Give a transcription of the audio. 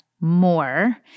More